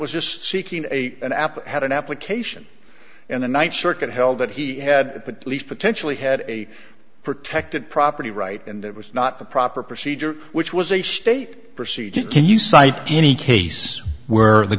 just seeking a an app had an application in the ninth circuit held that he had but at least potentially had a protected property right and that was not the proper procedure which was a state procedure can you cite any case where the